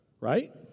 Right